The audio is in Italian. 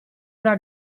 una